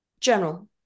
General